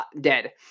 dead